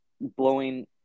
blowing